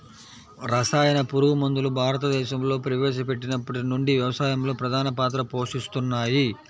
రసాయన పురుగుమందులు భారతదేశంలో ప్రవేశపెట్టినప్పటి నుండి వ్యవసాయంలో ప్రధాన పాత్ర పోషిస్తున్నాయి